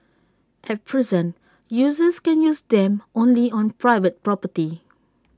at present users can use them only on private property